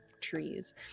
trees